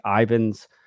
Ivan's